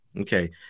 Okay